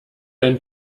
ein